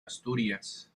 asturias